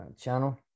channel